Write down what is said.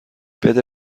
بده